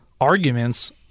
arguments